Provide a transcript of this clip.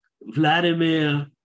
vladimir